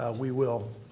and we will